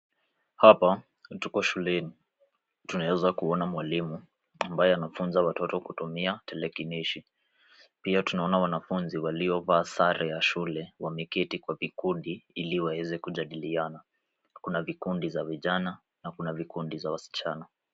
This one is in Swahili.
Hapa tuko shuleni. Tunaweza kuona mwalimu ambaye anafunza watoto kutumia telekinishi. Pia tunaona wanafunzi waliovaa sare ya shule wameketi kwa vikundi ili waweze kujadiliana. Kuna vikundi za vijana na kuna vikundi za wasichana.